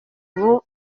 ubu